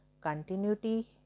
continuity